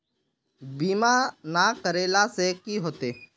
बीमा ना करेला से की होते?